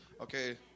Okay